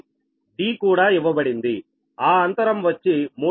d కూడా ఇవ్వబడిందిఆ అంతరం వచ్చి 3